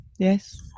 Yes